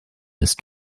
ist